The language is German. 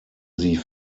sie